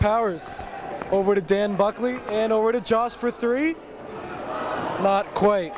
powers over to dan buckley and over to just for three not quite